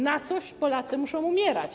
Na coś Polacy muszą umierać.